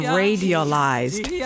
radialized